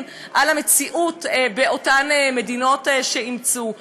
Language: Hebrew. על המציאות באותן מדינות שאימצו אותו.